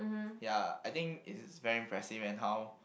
ya I think it is very impressive and how